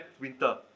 Winter